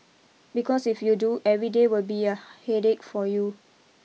because if you do every day will be a headache for you